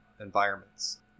environments